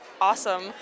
awesome